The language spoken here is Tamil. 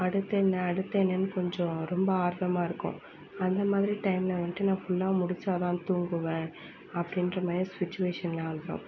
அடுத்து என்ன அடுத்து என்னனு கொஞ்சம் ரொம்ப ஆர்வமாக இருக்கும் அந்த மாதிரி டைமில் வன்ட்டு நான் ஃபுல்லாக முடிச்சால் தான் தூங்குவேன் அப்படின்ற மாரி சிச்சுவேஷனெலாம் வந்துடும்